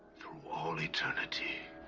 through all eternity